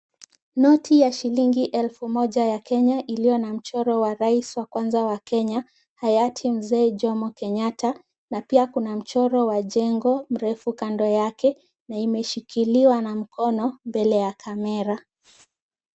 Noti ya shilingi elfu moja ya Kenya iliyo na mchoro wa rais wa kwanza wa Kenya hayati mzee Jomo Kenyatta na pia kuna mchoro wa jengo mrefu kando yake na imeshikiliwa na mkono mbele ya camera .